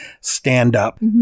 stand-up